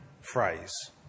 phrase